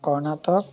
Karnataka